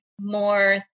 more